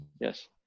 yes